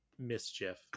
mischief